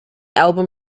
album